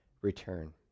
return